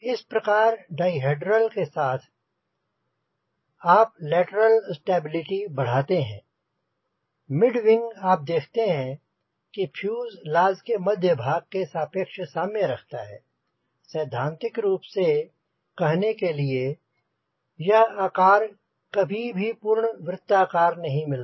इस प्रकार डाईहेड्रल के साथ आप लेटेरल स्टेबिलिटी बढ़ाते हैं मिड विंग आप देखते हैं कि फ्यूजलाज़ के मध्य भाग के सापेक्ष साम्य रखता है सैद्धांतिक रूप से कहने के लिए यह आकार कभी भी पूर्ण वृत्ताकार नहीं मिलता